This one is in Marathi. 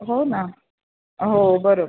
हो ना हो बरोबर